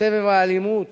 בסבב האלימות